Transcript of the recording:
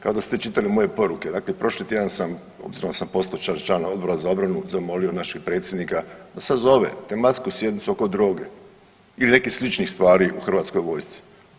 Kao da ste čitali moje poruke, dakle prošli tjedan sam, obzirom da sam postao član Odbora za obranu zamolimo našeg predsjednika da sazove tematsku sjednicu oko droge ili nekih sličnih stvari u hrvatskoj vojsci.